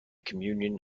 communion